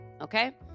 Okay